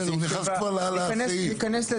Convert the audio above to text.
בסדר, הוא נכנס כבר לסעיף.